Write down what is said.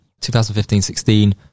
2015-16